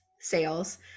sales